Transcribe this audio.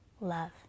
love